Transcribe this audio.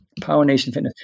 PowerNationFitness